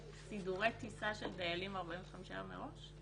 יש סידורי טיסה של דיילים 45 יום מראש?